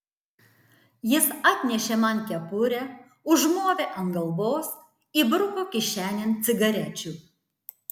jis atnešė man kepurę užmovė ant galvos įbruko kišenėn cigarečių